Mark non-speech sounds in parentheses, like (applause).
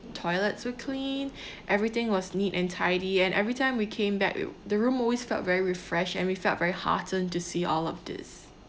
toilets were clean (breath) everything was neat and tidy and every time we came back wi~ the room always felt very refreshed and we felt very heartened to see all of this